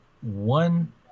one